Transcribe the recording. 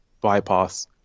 bypass